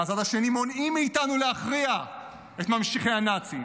מהצד השני מונעים מאיתנו להכריע את ממשיכי הנאצים.